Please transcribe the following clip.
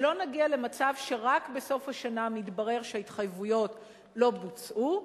שלא נגיע למצב שרק בסוף השנה מתברר שההתחייבויות לא בוצעו,